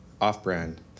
Off-brand